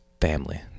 family